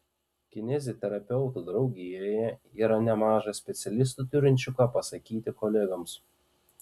kineziterapeutų draugijoje yra nemaža specialistų turinčių ką pasakyti kolegoms